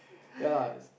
ya lah it's